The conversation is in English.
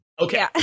Okay